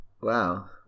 Wow